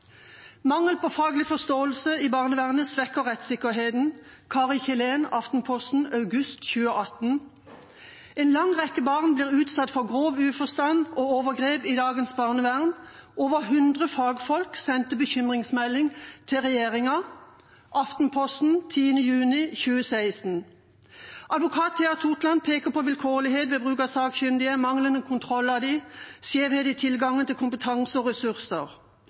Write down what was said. på faglig forståelse i barnevernet svekker rettssikkerheten.» Kari Killén i Aftenposten august 2018. «En lang rekke barn blir utsatt for grov uforstand og overgrep i dagens barnevern.» Over 100 fagfolk sendte bekymringsmelding til regjeringa. Aftenposten 10. juni 2015. Advokat Thea Totland peker på vilkårlighet i bruk av sakkyndige, manglende kontroll av dem, og skjevhet i tilgangen til kompetanse og ressurser.